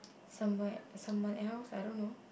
some way someone else I don't know